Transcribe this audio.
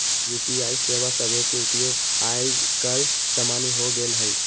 UPI सेवा सभके उपयोग याजकाल सामान्य हो गेल हइ